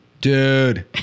Dude